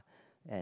and